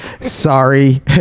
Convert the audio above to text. Sorry